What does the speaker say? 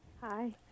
Hi